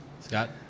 Scott